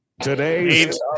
Today's